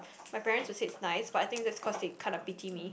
my parents will say it's nice but I think that's cause they kinda pity me